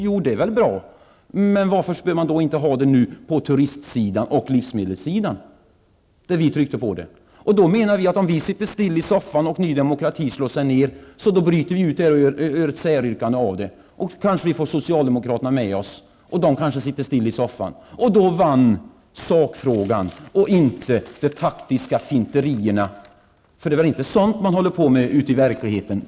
Ja, det är väl bra, men varför kan man då inte nu införa det på turistsidan och livsmedelssidan, där vi trycker på för att åstadkomma det? Vi menar att vi sitter kvar i soffan när Ny Demokrati slår sig ned genom att bryta ut det här och göra ett säryrkande av det. Kanske sitter också socialdemokraterna kvar i soffan, så att vi får också dem med oss. I så fall vinner sakfrågan och inte de taktiska finterna -- för det är väl inte taktiska finter man håller på med ute i verkligheten?